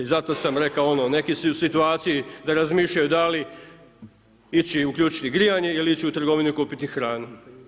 I zato sam rekao ono neki su i u situaciji da razmišljaju da li ići i uključiti grijanje ili ići u trgovinu i kupiti hranu.